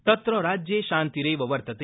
तत्र राज्ये शान्तिरेव वर्तते